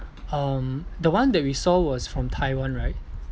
um the one that we saw was from Taiwan right